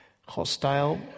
hostile